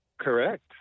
Correct